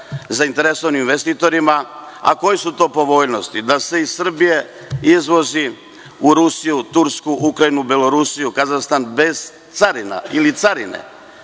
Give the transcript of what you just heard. zainteresovanim investitorima … Koje su to povoljnosti? Da se iz Srbije izvozi u Rusiju, Tursku, Ukrajinu, Belorusiju, Kazahstan bez carina. To veliki